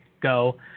go